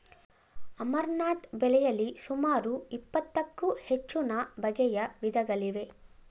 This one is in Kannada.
ಅಮರ್ನಾಥ್ ಬೆಳೆಯಲಿ ಸುಮಾರು ಇಪ್ಪತ್ತಕ್ಕೂ ಹೆಚ್ಚುನ ಬಗೆಯ ವಿಧಗಳಿವೆ